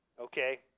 Okay